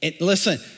Listen